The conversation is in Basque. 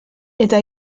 eta